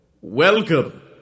welcome